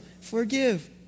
forgive